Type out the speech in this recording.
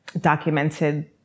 documented